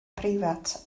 preifat